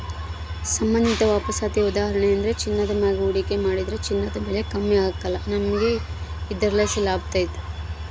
ಸಂಬಂಧಿತ ವಾಪಸಾತಿಯ ಉದಾಹರಣೆಯೆಂದ್ರ ಚಿನ್ನದ ಮ್ಯಾಗ ಹೂಡಿಕೆ ಮಾಡಿದ್ರ ಚಿನ್ನದ ಬೆಲೆ ಕಮ್ಮಿ ಆಗ್ಕಲ್ಲ, ನಮಿಗೆ ಇದರ್ಲಾಸಿ ಲಾಭತತೆ